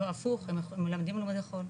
לא, הפוך מלמדים לימודי חול.